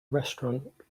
restaurant